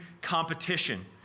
competition